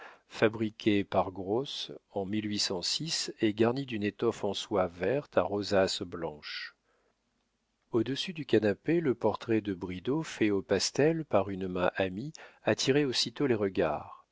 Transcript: fabriquait par grosses en et garni d'une étoffe en soie verte à rosaces blanches au-dessus du canapé le portrait de bridau fait au pastel par une main amie attirait aussitôt les regards